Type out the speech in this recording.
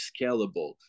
scalable